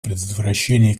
предотвращении